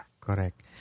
Correct